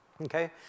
Okay